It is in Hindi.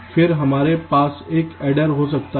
फिर हमारे पास एक अड्डेर हो सकता है